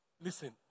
listen